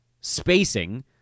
spacing